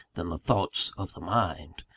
than the thoughts of the mind!